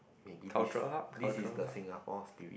maybe this this is the Singapore spirit